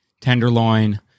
tenderloin